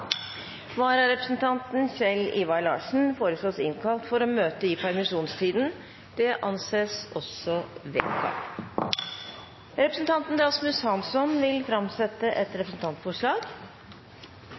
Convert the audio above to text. Vararepresentanten, Kjell Ivar Larsen, innkalles for å møte i permisjonstiden. Representanten Rasmus Hansson vil framsette et